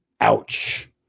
Ouch